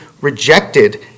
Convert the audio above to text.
rejected